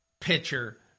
pitcher